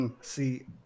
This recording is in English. See